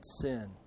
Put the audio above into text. sin